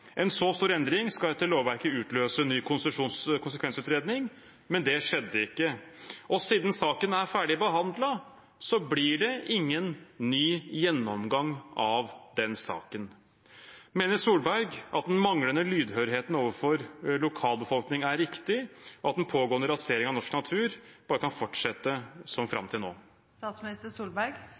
En så stor endring skal etter lovverket utløse ny konsekvensutredning, men det skjedde ikke. Og siden saken er ferdig behandlet, blir det ingen ny gjennomgang av den saken. Mener Solberg at den manglende lydhørheten overfor lokalbefolkningen er riktig, og at den pågående raseringen av norsk natur bare kan fortsette som fram til